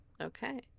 Okay